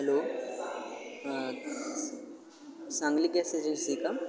hello Sangli gas agency का